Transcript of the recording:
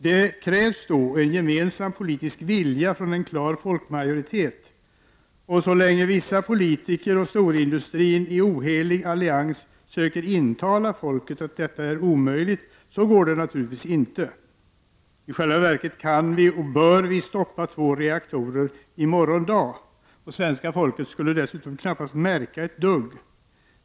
Det krävs en gemensam politisk vilja från en klar folkmajoritet. Så länge vissa politiker och storindustrin i ohelig allians söker intala folket att det är omöjligt går det naturligtvis inte. I själva verket kan vi naturligtvis stoppa två reaktorer i morgon, och svenska folket skulle knappast märka ett dugg.